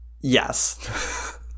Yes